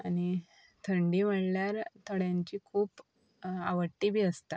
आनी थंडी म्हणल्यार थोड्यांची खूब आवडटी बी आसता